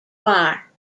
choir